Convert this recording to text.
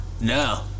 no